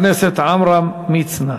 חבר הכנסת עמרם מצנע.